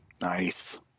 Nice